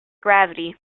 gravity